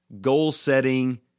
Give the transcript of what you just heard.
goal-setting